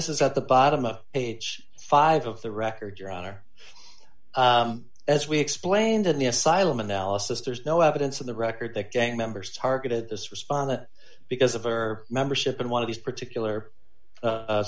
this is at the bottom of page five of the record your honor as we explained in the asylum analysis there's no evidence of the record that gang members targeted this respondent because of her membership in one of these particular